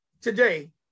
today